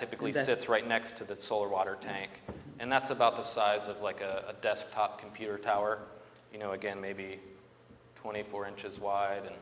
typically sits right next to the solar water tank and that's about the size of like a desktop computer tower you know again maybe twenty four inches wide and